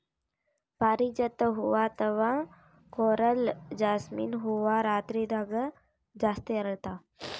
ಪಾರಿಜಾತ ಹೂವಾ ಅಥವಾ ಕೊರಲ್ ಜಾಸ್ಮಿನ್ ಹೂವಾ ರಾತ್ರಿದಾಗ್ ಜಾಸ್ತಿ ಅರಳ್ತಾವ